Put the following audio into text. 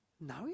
No